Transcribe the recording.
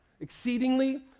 Exceedingly